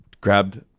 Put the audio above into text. grabbed